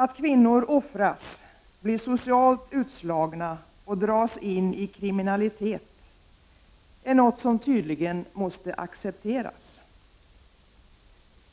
Att kvinnor offras, blir socialt utslagna och dras in i kriminalitet är något som tydligen accepteras.